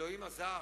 אלוהים עזר,